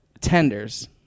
tenders